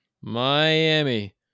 Miami